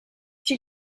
she